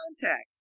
contact